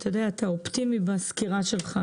אתה אופטימי בסקירה שלך.